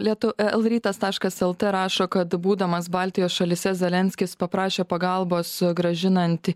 lietu e el rytas taškas eltė rašo kad būdamas baltijos šalyse zelenskis paprašė pagalbos grąžinanti